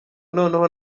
noneho